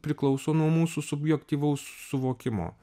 priklauso nuo mūsų subjektyvaus suvokimo